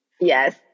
Yes